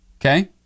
Okay